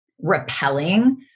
repelling